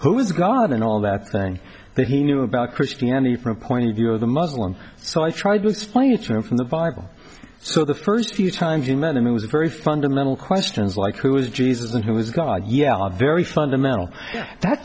is gone and all that thing that he knew about christianity from point of view of the muslim so i tried to explain it to him from the bible so the first few times you met him it was very fundamental questions like who was jesus and who was god yeah very fundamental that